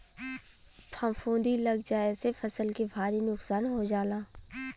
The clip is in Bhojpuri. फफूंदी लग जाये से फसल के भारी नुकसान हो जाला